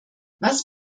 was